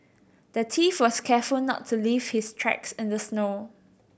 the thief was careful not to leave his tracks in the snow